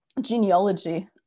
genealogy